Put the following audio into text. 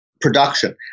Production